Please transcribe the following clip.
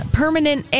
permanent